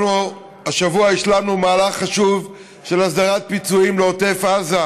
השבוע השלמנו מהלך חשוב של הסדרת פיצויים לעוטף עזה.